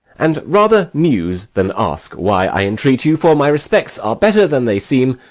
and rather muse than ask why i entreat you for my respects are better than they seem,